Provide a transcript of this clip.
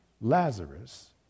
Lazarus